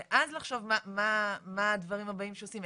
ואז לחשוב מה הדברים הבאים שעושים,